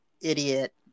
idiot